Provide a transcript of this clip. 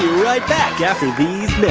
right back after these